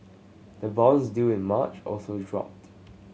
the bonds due in March also dropped